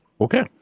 Okay